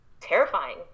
terrifying